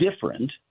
different